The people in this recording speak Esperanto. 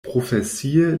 profesie